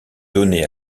donner